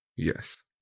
Yes